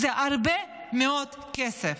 זה הרבה מאוד כסף.